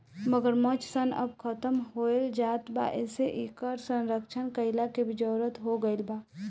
मगरमच्छ सन अब खतम होएल जात बा एसे इकर संरक्षण कईला के भी जरुरत हो गईल बा